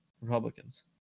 Republicans